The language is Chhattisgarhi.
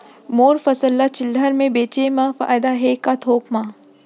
मोर फसल ल चिल्हर में बेचे म फायदा है के थोक म?